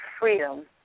freedom